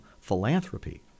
philanthropy